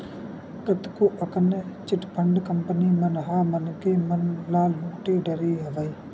कतको अकन chit fund company मन ह मनखे मन ल लुट डरे हवय